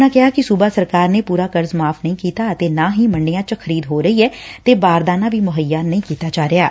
ਉਨ੍ਹਾਂ ਕਿਹਾ ਕਿ ਸੂਬਾ ਸਰਕਾਰ ਨੇ ਨਾ ਹੀ ਪੂਰਾ ਕਰਜ਼ ਮੁਆਫ਼ ਕੀਤਾ ਅਤੇ ਨਾ ਹੀ ਮੰਡੀਆਂ ਚ ਖਰੀਦ ਹੋ ਰਹੀ ਐ ਤੇ ਬਾਰਦਾਨਾ ਵੀ ਮੁਹੱਈਆ ਨਹੀਂ ਕੀਤਾ ਜਾ ਰਿਹਾ ਐ